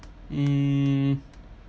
mm